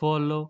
follow